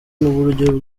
n’uburyo